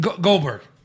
Goldberg